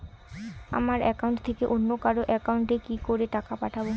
আমার একাউন্ট থেকে অন্য কারো একাউন্ট এ কি করে টাকা পাঠাবো?